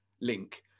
link